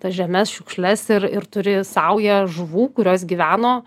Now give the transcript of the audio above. tas žemes šiukšles ir ir turi saują žuvų kurios gyveno